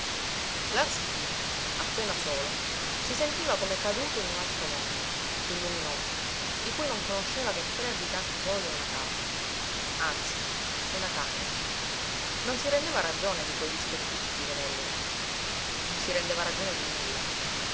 cleen appena solo si sentiva come caduto in un altro mondo piú luminoso di cui non conosceva che tre abitanti soli e una casa anzi una camera non si rendeva ragione di quei dispettucci di venerina non si rendeva ragione di nulla